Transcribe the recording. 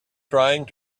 trying